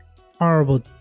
horrible